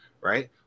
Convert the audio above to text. right